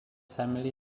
family